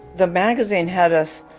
the magazine had us.